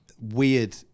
weird